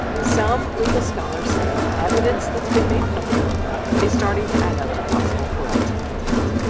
some legal scholars say the evidence that's been made public is starting to add up to possible corrupt intent.